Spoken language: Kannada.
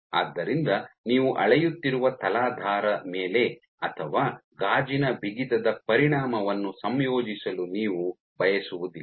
ಆದ್ದರಿಂದ ನೀವು ಅಳೆಯುತ್ತಿರುವ ತಲಾಧಾರ ಮೇಲೆ ಅಥವಾ ಗಾಜಿನ ಬಿಗಿತದ ಪರಿಣಾಮವನ್ನು ಸಂಯೋಜಿಸಲು ನೀವು ಬಯಸುವುದಿಲ್ಲ